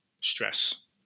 stress